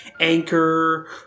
anchor